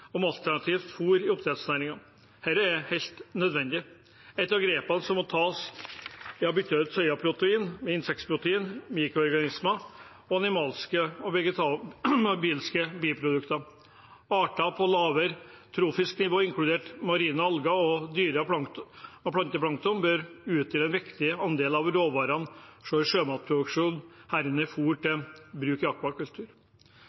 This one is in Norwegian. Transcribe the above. om alternativt fôr i oppdrettsnæringen. Dette er helt nødvendig. Et av grepene som må tas, er å bytte ut soyaprotein med innsektsprotein, mikroorganismer og animalske og vegetabilske biprodukter. Arter på lavere trofisk nivå, inkludert marine alger og dyre- og planteplankton, bør utgjøre en viktig andel av råvarene i sjømatproduksjonen, herunder